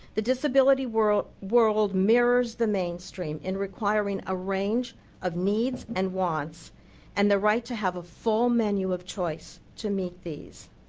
the disability world world mirrors the mainstream in requiring a range of needs and wants and the right to have a fulmen ewe of choice to meet these.